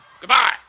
Goodbye